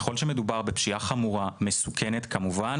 ככל שמדובר בפשיעה חמורה מסוכנת כמובן